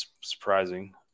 surprising